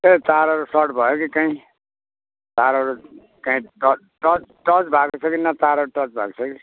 ए तारहरू सट भयो कि काहीँ तारहरू काहीँ टच टच टच भएको छ कि न तारहरू टच भएको छ कि